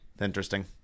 Interesting